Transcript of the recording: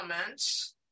comments